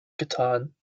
getan